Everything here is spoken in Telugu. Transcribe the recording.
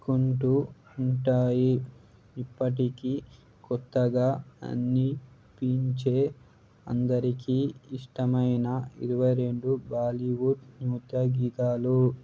కుంటూ ఉంటాయి ఇప్పటికి కొత్తగా అనిపించే అందరికీ ఇష్టమైన ఇరవై రెండు బాలీవుడ్ నృత్య గీతాలు